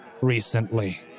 recently